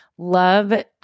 Love